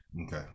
Okay